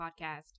podcast